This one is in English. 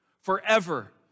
forever